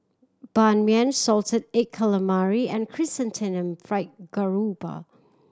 Ban Mian salted egg calamari and Chrysanthemum Fried Garoupa